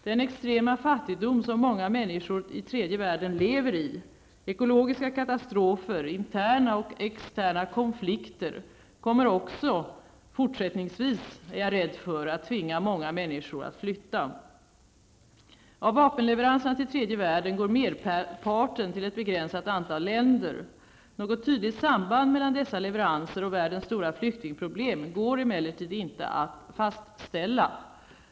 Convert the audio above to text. Den extrema fattigdom som många människor i tredje världen lever i, ekologiska katastrofer, interna och externa konflikter, kommer också fortsättningsvis att tvinga många människor att flytta. Av vapenleveranserna till tredje världen går merparten till ett begränsat antal länder. Något tydligt samband mellan dessa leveranser och världens stora flyktingproblem går emellertid inte att fastställa.